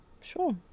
Sure